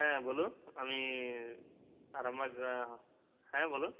হ্যাঁ বলুন আমি আরামবাগ হ্যাঁ বলুন